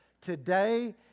Today